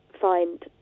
find